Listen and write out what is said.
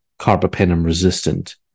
carbapenem-resistant